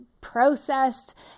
processed